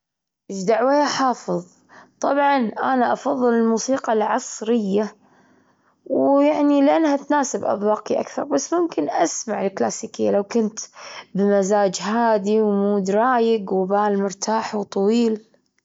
إيش دعوة يا حافظ، طبعًا أنا أفضل الموسيقى العصرية ويعني لأنها تناسب أذواقي أكثر، بس ممكن أسمع الكلاسيكية، لو كنت بمزاج هادي ومود رايج وبال مرتاح وطويل.